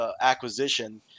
acquisition